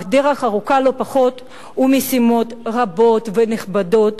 אך דרך ארוכה לא פחות ומשימות רבות ונכבדות